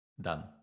Done